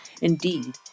Indeed